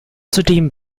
zudem